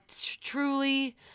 truly